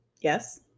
Yes